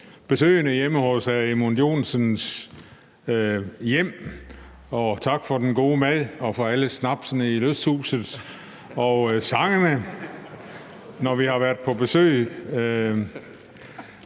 besøgene i Edmund Joensens hjem – og tak for den gode mad og for alle snapsene i lysthuset og for sangene, når vi har været på besøg.